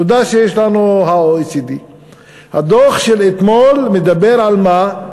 תודה שיש לנו OECD. הדוח של אתמול מדבר על מה?